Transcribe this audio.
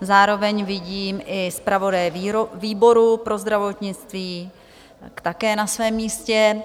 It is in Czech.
Zároveň vidím i zpravodaje výboru pro zdravotnictví, je také na svém místě.